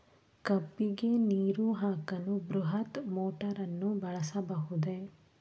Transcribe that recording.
ಕಬ್ಬಿಗೆ ನೀರು ಹಾಕಲು ಬೃಹತ್ ಮೋಟಾರನ್ನು ಬಳಸಬಹುದೇ?